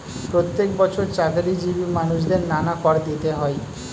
প্রত্যেক বছর চাকরিজীবী মানুষদের নানা কর দিতে হয়